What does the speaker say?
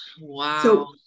Wow